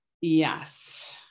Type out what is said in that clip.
Yes